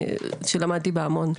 שלמדתי בה המון.